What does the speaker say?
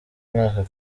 mwaka